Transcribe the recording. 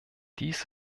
dies